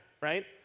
right